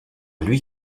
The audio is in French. lui